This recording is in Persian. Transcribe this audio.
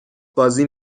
بازی